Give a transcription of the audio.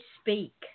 speak